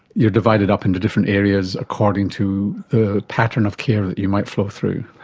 you're divided up into different areas according to the pattern of care that you might flow through.